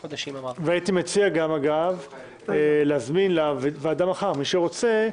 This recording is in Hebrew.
והייתי מציע להזמין לוועדה מחר, מי שרוצה,